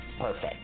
perfect